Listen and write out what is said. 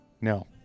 No